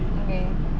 okay